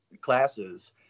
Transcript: classes